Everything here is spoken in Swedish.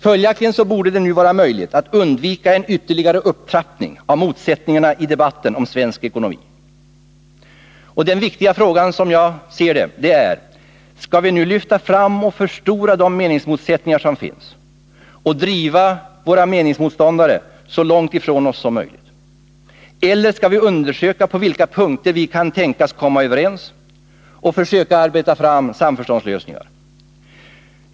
Följaktligen borde det nu vara fullt möjligt att undvika en ytterligare upptrappning av motsättningarna i debatten om svensk ekonomi. Den viktiga frågan, som jag ser det, är: Skall vi lyfta fram och förstora de meningsmotsättningar som finns och driva våra meningsmotståndare så långt ifrån oss som möjligt, eller skall vi undersöka på vilka punkter vi kan tänkas komma överens och försöka arbeta fram samförståndslösningar?